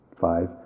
five